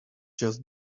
just